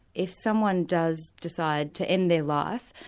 if someone does decide to end their life,